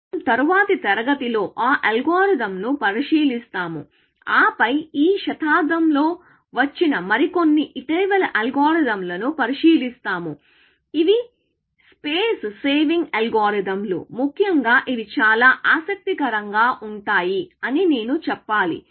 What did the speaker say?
మనం తరువాతి తరగతిలో ఆ అల్గోరిథంను పరిశీలిస్తాము ఆపై ఈ శతాబ్దంలో వచ్చిన మరికొన్ని ఇటీవలి అల్గోరిథంలను పరిశీలిస్తాము ఇవి స్పేస్ సేవింగ్ అల్గోరిథంలు ముఖ్యంగా ఇవి చాలా ఆసక్తికరంగా ఉంటాయి అని నేను చెప్పాలి